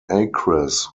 acres